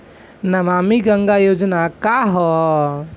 नमामि गंगा योजना का ह?